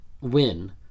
win